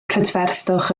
prydferthwch